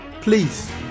Please